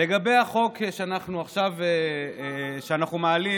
לגבי החוק שאנחנו מעלים,